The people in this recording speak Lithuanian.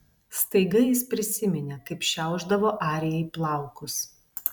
staiga jis prisiminė kaip šiaušdavo arijai plaukus